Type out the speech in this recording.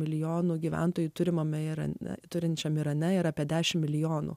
milijonų gyventojų turimame irane turinčiam irane yra apie dešimt milijonų